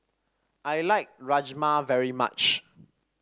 I like Rajma very much